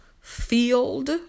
field